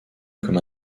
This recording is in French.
comme